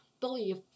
believe